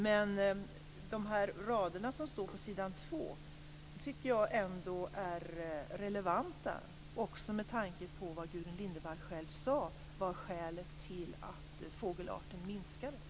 Men formuleringarna i svaret tycker jag ändå är relevanta, också med tanke på det som Gudrun Lindvall själv sade var skälet till att fågelarten minskade.